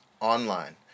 Online